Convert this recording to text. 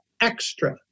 extra